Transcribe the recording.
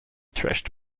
trashed